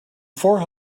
four